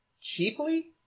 cheaply